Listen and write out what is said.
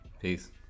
Peace